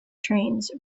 trains